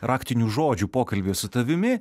raktinių žodžių pokalbyje su tavimi